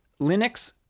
linux